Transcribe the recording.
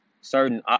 certain